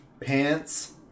pants